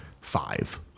five